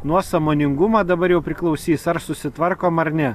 nuo sąmoningumo dabar jau priklausys ar susitvarkom ar ne